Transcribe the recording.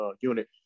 unit